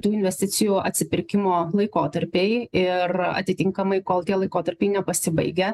tų investicijų atsipirkimo laikotarpiai ir atitinkamai kol tie laikotarpiai nepasibaigę